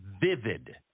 vivid